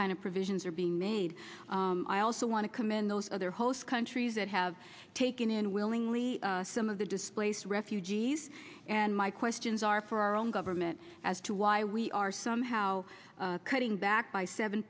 kind of provisions are being made i also want to commend those other host countries that have taken in willingly some of the displaced refugees and my questions are for our own government as to why we are somehow cutting back by seven